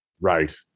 Right